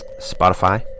Spotify